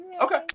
Okay